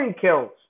kills